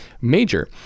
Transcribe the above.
major